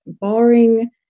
barring